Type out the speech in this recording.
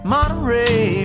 Monterey